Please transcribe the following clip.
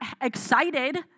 excited